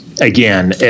Again